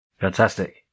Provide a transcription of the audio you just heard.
Fantastic